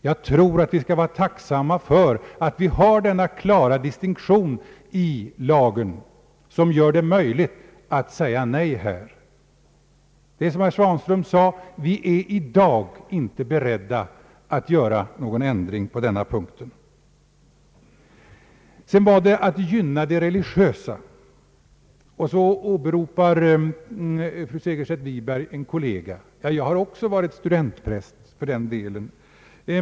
Jag tror att vi skall vara tacksamma för att vi i lagen har denna klara distinktion som här gör det möjligt att säga nej. Vi är, som herr Svanström sade, inte beredda att i dag göra någon ändring på denna punkt. Beträffande frågan om att de religiösa gynnas åberopar fru Segerstedt Wiberg en kollega till mig. Jag har också varit studentpräst för den delen.